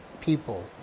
people